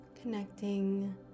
Connecting